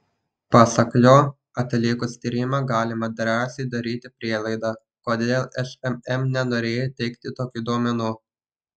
pasak jo atlikus tyrimą galima drąsiai daryti prielaidą kodėl šmm nenorėjo teikti tokių duomenų